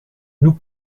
nous